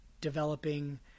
developing